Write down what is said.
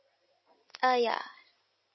uh ya